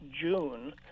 June